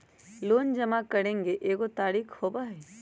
Loan जमा करेंगे एगो तारीक होबहई?